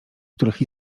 których